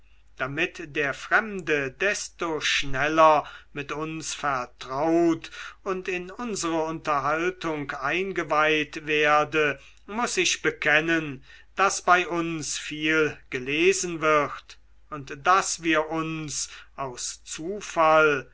damit der fremde desto schneller mit uns vertraut und in unsere unterhaltung eingeweiht werde muß ich bekennen daß bei uns viel gelesen wird und daß wir uns aus zufall